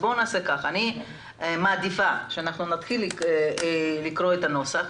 אני מעדיפה שנתחיל לקרוא את הנוסח.